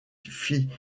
fit